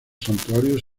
santuarios